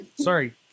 Sorry